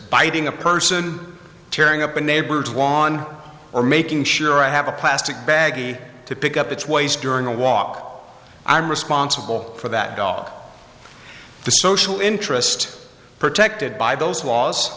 biting a person tearing up a neighbor's won or making sure i have a plastic bag to pick up its ways during a walk i'm responsible for that dog the social interest protected by those laws